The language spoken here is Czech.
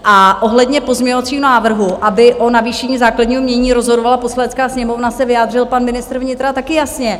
A ohledně pozměňovacího návrhu, aby o navýšení základního jmění rozhodovala Poslanecká sněmovna, se vyjádřil pan ministr vnitra taky jasně.